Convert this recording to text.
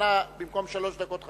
בכוונה במקום שלוש דקות,